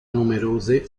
numerose